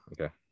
okay